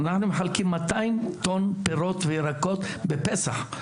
אנחנו מחלקים 200 טון פירות וירקות בפסח,